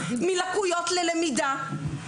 "מלקויות ללמידה".